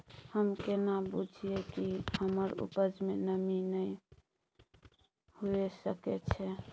हम केना बुझीये कि हमर उपज में नमी नय हुए सके छै?